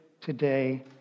today